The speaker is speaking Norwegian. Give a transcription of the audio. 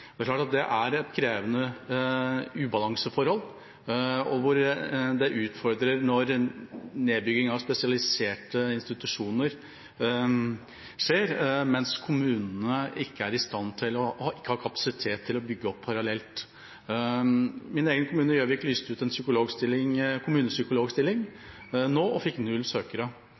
nedbygging av spesialiserte institusjoner skjer mens kommunene ikke er i stand til og ikke har kapasitet til å bygge opp parallelt. Min egen kommune, Gjøvik, lyste ut en kommunepsykologstilling nå og fikk null søkere.